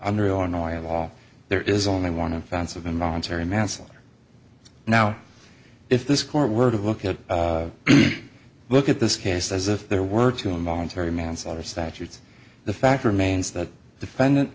illinois law there is only one offense of involuntary manslaughter now if this court word of look at look at this case as if there were two involuntary manslaughter statutes the fact remains that defendant